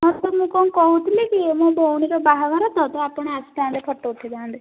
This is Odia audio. ହଁ ତ ମୁଁ କ'ଣ କହୁଥିଲି କି ମୋ ଭଉଣୀର ବାହାଘର ତ ତ ଆପଣ ଆସିଥାନ୍ତେ ଫଟୋ ଉଠାଇଥାନ୍ତେ